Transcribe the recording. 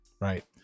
right